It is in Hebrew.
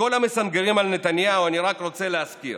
לכל המסנגרים על נתניהו אני רק רוצה להזכיר